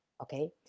okay